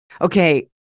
Okay